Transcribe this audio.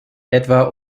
etwa